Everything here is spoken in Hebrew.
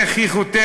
איך היא חותרת